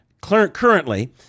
currently